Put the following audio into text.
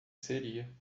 seria